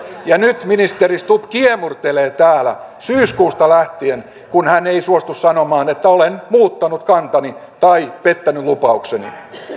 ja nyt ministeri stubb kiemurtelee täällä syyskuusta lähtien kun hän ei suostu sanomaan että olen muuttanut kantani tai pettänyt lupaukseni